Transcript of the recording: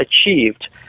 achieved